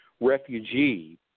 refugee